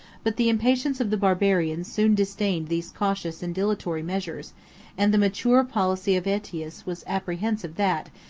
but the impatience of the barbarians soon disdained these cautious and dilatory measures and the mature policy of aetius was apprehensive that,